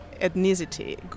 ethnicity